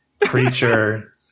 creature